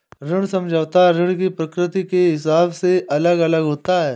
ऋण समझौता ऋण की प्रकृति के हिसाब से अलग अलग होता है